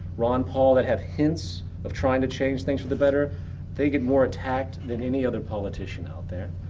ron paul that have hints of trying to change things for the better they get more attacked than any other politician out there.